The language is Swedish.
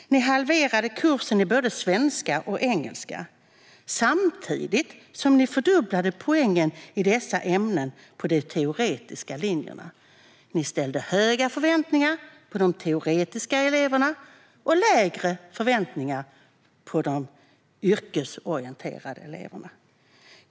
Ni halverade både kursen i svenska och kursen i engelska, samtidigt som ni fördubblade poängen i dessa ämnen på de teoretiska linjerna. Ni hade höga förväntningar på de teoretiska eleverna och lägre förväntningar på de yrkesorienterade eleverna.